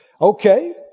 Okay